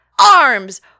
Arms